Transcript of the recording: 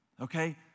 okay